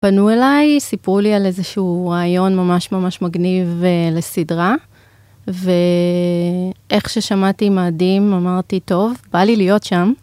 פנו אליי, סיפרו לי על איזשהו רעיון ממש ממש מגניב לסדרה, ואיך ששמעתי, מאדים, אמרתי, טוב, בא לי להיות שם.